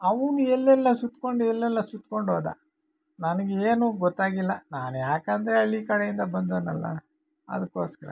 ಅವನು ಎಲ್ಲೆಲ್ಲೊ ಸುತ್ಕೊಂಡು ಎಲ್ಲೆಲ್ಲೊ ಸುತ್ಕೊಂಡು ಹೋದ ನನ್ಗೆ ಏನೂ ಗೊತ್ತಾಗಿಲ್ಲ ನಾನು ಯಾಕಂದರೆ ಹಳ್ಳಿ ಕಡೆಯಿಂದ ಬಂದೋನಲ್ಲ ಅದಕ್ಕೋಸ್ಕರ